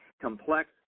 complex